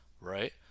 right